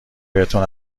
بهتون